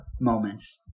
moments